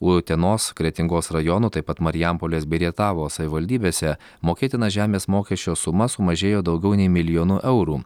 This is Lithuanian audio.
utenos kretingos rajono taip pat marijampolės bei rietavo savivaldybėse mokėtina žemės mokesčio suma sumažėjo daugiau nei milijonu eurų